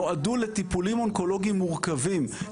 נועדו לטיפולים אונקולוגים מורכבים,